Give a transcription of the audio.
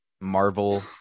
Marvel